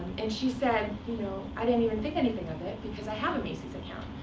and she said you know i didn't even think anything of it because i have a macy's account.